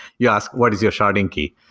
you ask what is your sharding key?